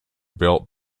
built